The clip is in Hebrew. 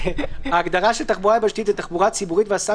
ההגדרה של "תחבורה יבשתית" תחבורה ציבורית והסעה